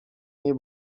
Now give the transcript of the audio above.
nie